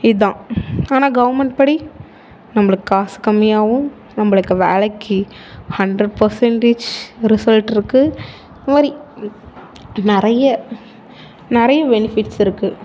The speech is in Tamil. இதுதான் ஆனால் கவர்மெண்ட்படி நம்மளுக்கு காசு கம்மியாகவும் நம்மளுக்கு வேலைக்கு ஹண்ட்ரெட் பர்சென்டேஜ் ரிசல்ட் இருக்குது இந்த மாதிரி நிறையா நிறையா பெனிஃபிட்ஸ் இருக்குது